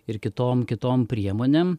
ir kitom kitom priemonėm